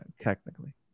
technically